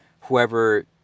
whoever